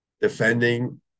defending